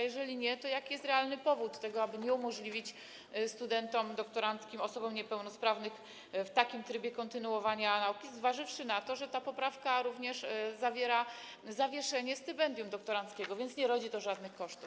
Jeżeli nie, to jaki jest realny powód, aby nie umożliwić studentom doktoranckim, osobom niepełnosprawnym, w takim trybie kontynuowania nauki, zważywszy na to, że ta poprawka zawiera również zapis o zawieszeniu stypendium doktoranckiego, więc nie rodzi to żadnych kosztów.